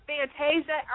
Fantasia